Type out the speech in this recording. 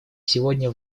сегодня